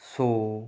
so